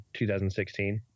2016